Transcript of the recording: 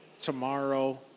tomorrow